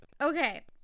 okay